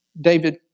David